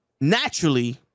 naturally